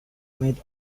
made